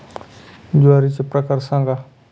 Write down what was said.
ज्वारीचे प्रकार सांगा